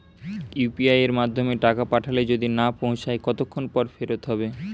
UPI য়ের মাধ্যমে টাকা পাঠালে যদি না পৌছায় কতক্ষন পর ফেরত হবে?